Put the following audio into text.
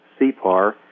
CPAR